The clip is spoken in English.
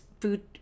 food